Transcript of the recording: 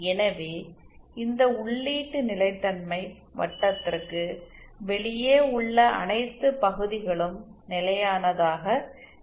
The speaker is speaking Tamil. எனவே இந்த உள்ளீட்டு நிலைத்தன்மை வட்டத்திற்கு வெளியே உள்ள அனைத்து பகுதிகளும் நிலையானதாக இருக்க வேண்டும்